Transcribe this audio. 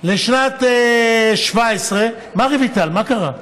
לשנת 2017, מה, רויטל, מה קרה?